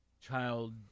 child